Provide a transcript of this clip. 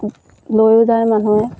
লৈয়ো যায় মানুহে